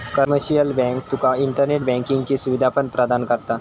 commercial bank तुका internet बँकिंगची सुवीधा पण प्रदान करता